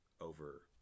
over